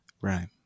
Right